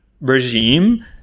regime